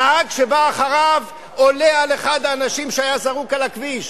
הנהג שבא אחריו עולה על אחד האנשים שהיה זרוק על הכביש.